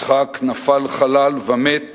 יצחק נפל חלל ומת